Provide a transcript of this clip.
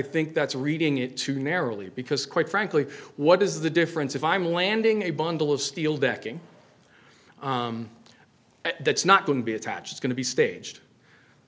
think that's reading it too narrowly because quite frankly what is the difference if i'm landing a bundle of steel decking and that's not going to be attatched going to be staged